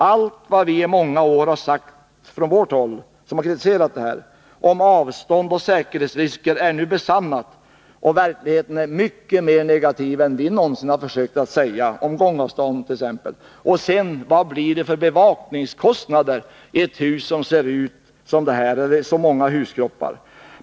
Allt vad vi som har kritiserat återflyttningen har sagt i många år om avstånd och säkerhetsrisker är nu besannat, och verkligheten är mycket mer negativ än vi någonsin har försökt säga, i fråga om gångavstånd t.ex. Och vilka bevakningskostnader blir det i en byggnad med så många huskroppar?